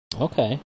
Okay